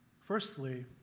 Firstly